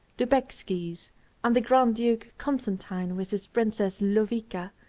lubeckis and the grand duke constantine with his princess lowicka